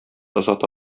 озата